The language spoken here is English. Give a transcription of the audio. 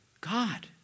God